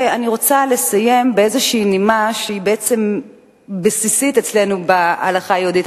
אני רוצה לסיים באיזו נימה שהיא בעצם בסיסית אצלנו בהלכה היהודית,